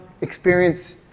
experience